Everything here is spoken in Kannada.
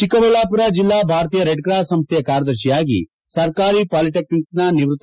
ಚಿಕ್ಕಬಳ್ಳಾವುರ ಜಿಲ್ಲಾ ಭಾರತೀಯ ರೆಡ್ ಕ್ರಾಸ್ ಸಂಸ್ಥೆಯ ಕಾರ್ಯದರ್ಶಿಯಾಗಿ ಸರ್ಕಾರಿ ಪಾಲಿಟೆಕ್ನಿಕ್ನ ನಿವೃತ್ತ